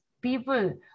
people